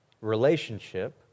relationship